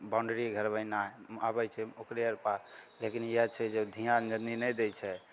boundary घेरबेनाइ अबय छै ओकरे आर पास लेकिन इएह छै जे ध्यान जल्दी नहि दै छै